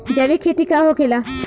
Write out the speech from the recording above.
जैविक खेती का होखेला?